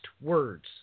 words